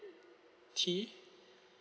t